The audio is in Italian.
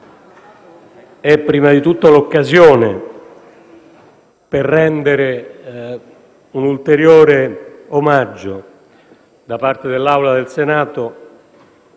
è prima di tutto l'occasione per rendere un ulteriore omaggio, da parte dell'Assemblea del Senato,